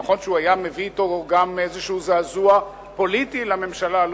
נכון שהוא היה מביא אתו גם איזשהו זעזוע פוליטי לממשלה,